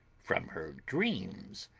from her dreams.